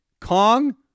Kong